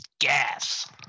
gas